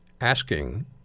asking